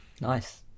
Nice